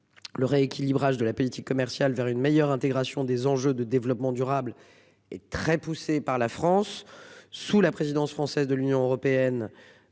Le rééquilibrage de la politique commerciale vers une meilleure intégration des enjeux de développement durable et très poussée par la France sous la présidence française de l'Union européenne.